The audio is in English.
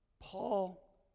Paul